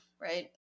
right